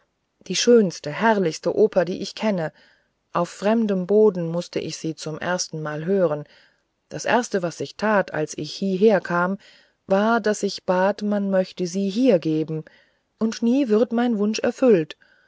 die schönste herrlichste oper die ich kenne auf fremdem boden mußte ich sie zum erstenmal hören das erste was ich tat als ich hieher kam war daß ich bat man möchte sie hier geben und nie wird mir mein wunsch erfüllt